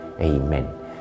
Amen